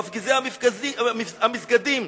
מפגיזי המסגדים,